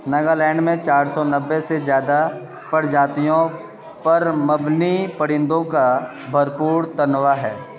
ناگالینڈ میں چار سو نوے سے زیادہ پرجاتیوں پر مبنی پرندوں کا بھرپور تنوع ہے